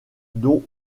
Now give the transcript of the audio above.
dont